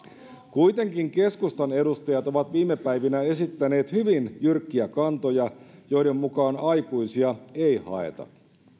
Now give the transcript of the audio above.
kuitenkin keskustan edustajat ovat viime päivinä esittäneet hyvin jyrkkiä kantoja joiden mukaan aikuisia ei haeta